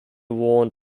worn